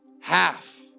half